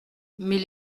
mais